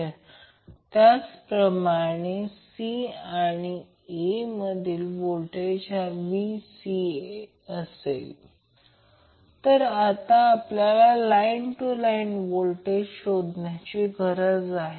आता त्याचप्रमाणे b आणि c मध्ये 120° अँगल मिळेल याचा अर्थ असा की सिक्वेन्स a c b आहे